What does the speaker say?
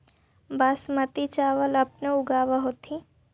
बासमती चाबल अपने ऊगाब होथिं?